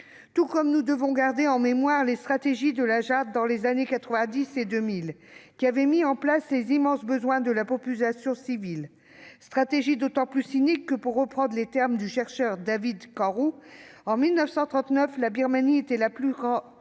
tout comme nous devons garder en mémoire la stratégie de la junte, dans les années 1990 et 2000, qui avait creusé les immenses besoins de la population civile. Cette stratégie était d'autant plus cynique que, pour reprendre les termes du chercheur David Camroux, « en 1939, la Birmanie était le plus grand